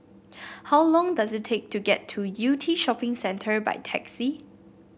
how long does it take to get to Yew Tee Shopping Centre by taxi